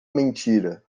mentira